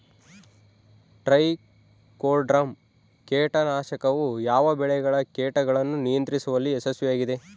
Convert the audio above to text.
Trichoderma ಕೇಟನಾಶಕವು ಯಾವ ಬೆಳೆಗಳ ಕೇಟಗಳನ್ನು ನಿಯಂತ್ರಿಸುವಲ್ಲಿ ಯಶಸ್ವಿಯಾಗಿದೆ?